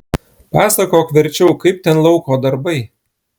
pasakok verčiau kaip ten lauko darbai